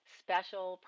special